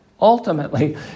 ultimately